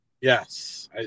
yes